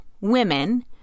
women